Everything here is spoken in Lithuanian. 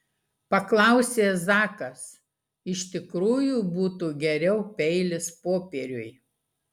paklausė zakas iš tikrųjų būtų geriau peilis popieriui